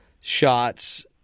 shots